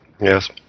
Yes